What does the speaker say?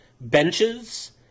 benches